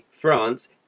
France